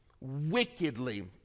wickedly